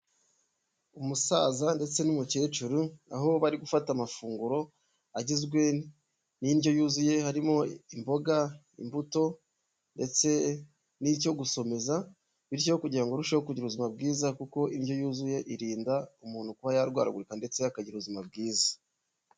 Umusaza ndetse n'umukecuru, aho bari gufata amafunguro, agizwe n'indyo yuzuye, harimo imboga, imbuto ndetse n'icyo gusomeza, bityo kugira ngo urusheho kugira ubuzima bwiza kuko indyo yuzuye irinda umuntu kuba yarwaragurika ndetse akagira ubuzima bwiza.